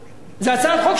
זו הצעת חוק שלך.